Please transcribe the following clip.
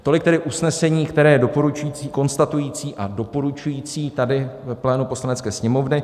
Tolik tedy usnesení, které je doporučující konstatující a doporučující tady plénu Poslanecké sněmovny.